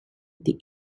the